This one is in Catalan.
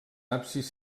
absis